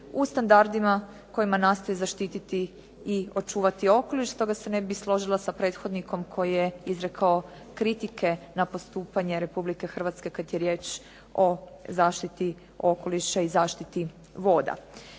u standardima kojima nastoji zaštititi i očuvati okoliš. Stoga se ne bih složila sa prethodnikom koji je izrekao kritike na postupanje Republike Hrvatske kad je riječ o zaštiti okoliša i zaštiti vodu.